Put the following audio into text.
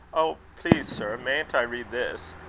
oh! please, sir, mayn't i read this?